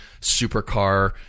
supercar